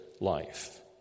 life